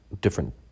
different